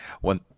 one